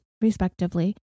respectively